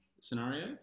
scenario